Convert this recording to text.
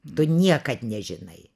tu niekad nežinai